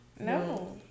no